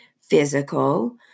physical